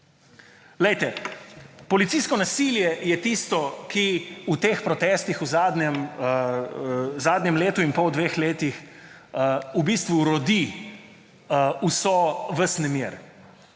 protestu. Policijsko nasilje je tisto, ki v teh protestih v zadnjem letu in pol, dveh letih v bistvu rodi ves nemir.